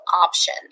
option